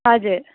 हजुर